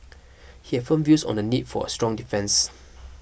he had firm views on the need for a strong defence